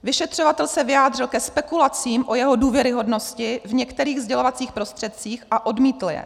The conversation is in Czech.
Vyšetřovatel se vyjádřil ke spekulacím o jeho důvěryhodnosti v některých sdělovacích prostředcích a odmítl je.